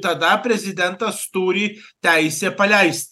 tada prezidentas turi teisę paleist